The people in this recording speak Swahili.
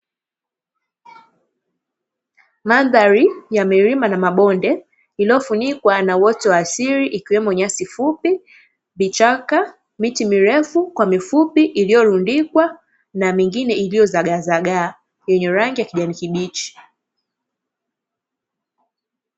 Mandhari ya milima na mabonde, iliyofunikwa na uoto wa asili, ikiwemo nyasi fupi, vichaka, miti mirefu kwa mifupi, iliyorundikwa, na mingine iliyozagaa zagaa yenye rangi ya kijani kibichi.